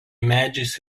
medžiais